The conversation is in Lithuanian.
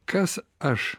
kas aš